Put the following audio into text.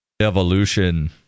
Evolution